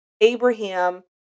Abraham